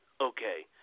Okay